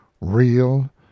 real